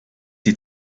die